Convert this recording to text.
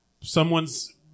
someone's